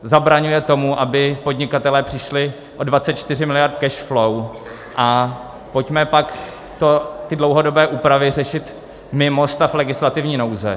Zabraňuje tomu, aby podnikatelé přišli o 24 miliard cash flow, a pojďme pak ty dlouhodobé úpravy řešit mimo stav legislativní nouze.